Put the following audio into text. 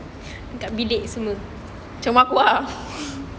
macam rumah aku ah